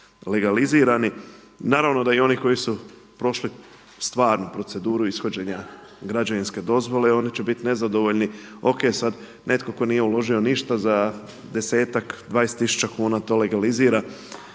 legalizirani. Naravno da i oni koji su prošli stvarnu proceduru ishođenja građevinske dozvole oni će biti nezadovoljni, ok sad netko tko nije uložio ništa za desetak, dvadesetak tisuća kuna to legalizira.